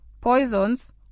poisons